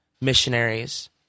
missionaries